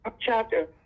chapter